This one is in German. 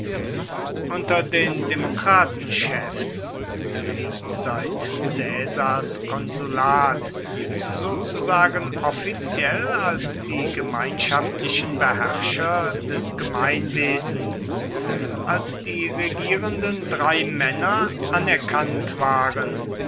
unter den demokratenchefs die seit caesars konsulat sozusagen offiziell als die gemeinschaftlichen beherrscher des gemeinwesens als die regierenden dreimänner anerkannt waren